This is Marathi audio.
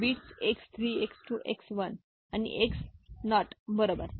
बिट्स एक्स 3 एक्स 2 एक्स 1 आणि एक्स शून्य बरोबर